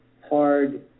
hard